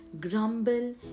grumble